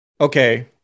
okay